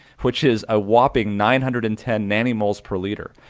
which is a whopping nine hundred and ten nanomoles per liter,